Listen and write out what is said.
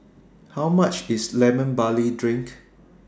How much IS Lemon Barley Drink